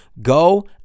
Go